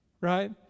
Right